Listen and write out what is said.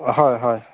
হয় হয়